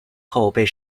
后被